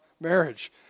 marriage